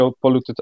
polluted